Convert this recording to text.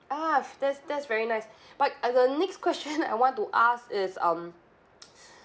ah that's that's very nice but uh the next question I want to ask is um